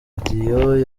dion